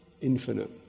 infinite